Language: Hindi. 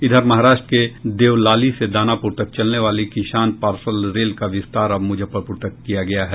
इधर महाराष्ट्र के देवलाली से दानापुर तक चलने वाली किसान पार्सल रेल का विस्तार अब मुजफ्फरपुर तक किया गया है